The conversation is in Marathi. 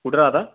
कुठं राहता